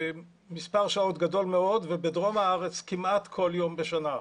במשך מספר שעות גדול מאוד ובדרום הארץ כמעט כל יום בשנה.